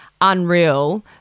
unreal